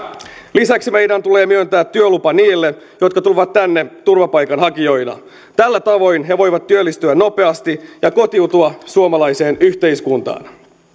lisäksi meidän tulee myöntää työlupa niille jotka tulevat tänne turvapaikanhakijoina tällä tavoin he voivat työllistyä nopeasti ja kotoutua suomalaiseen yhteiskuntaan